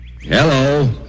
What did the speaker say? Hello